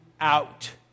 out